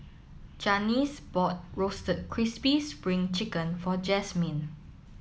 Janis bought Roasted Crispy Spring Chicken for Jasmin